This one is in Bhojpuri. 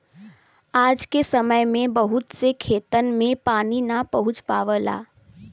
आज के समय में बहुत से खेतन में पानी ना पहुंच पावला